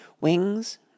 Wings